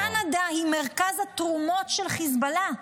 קנדה היא מרכז התרומות של חיזבאללה.